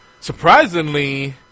Surprisingly